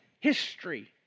history